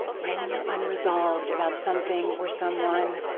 when you are unresolved about something or someone,